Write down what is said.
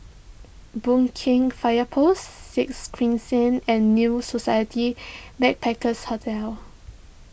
Boon Keng Fire Post Sixth Crescent and New Society Backpackers' Hotel